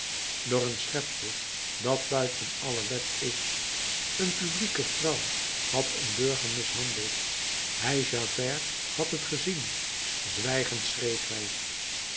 door een schepsel dat buiten alle wet is een publieke vrouw had een burger mishandeld hij javert had het gezien zwijgend schreef hij